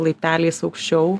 laipteliais aukščiau